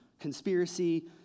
conspiracy